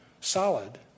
solid